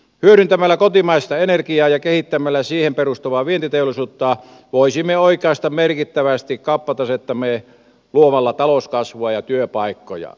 hyödyntämällä kotimaista energiaa ja kehittämällä siihen perustuvaa vientiteollisuutta voisimme oikaista merkittävästi kauppatasettamme luomalla talouskasvua ja työpaikkoja